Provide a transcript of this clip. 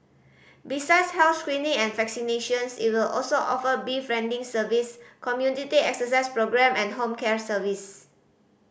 besides health screening and vaccinations it will also offer befriending service community exercise programme and home care service